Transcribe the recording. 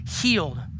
healed